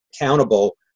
accountable